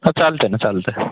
हा चालतंय ना चालतंय